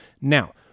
Now